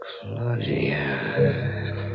Claudia